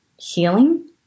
healing